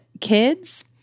kids